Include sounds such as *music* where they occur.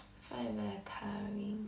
*noise* find it very tiring